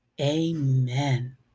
amen